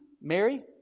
Mary